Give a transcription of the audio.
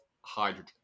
hydrogen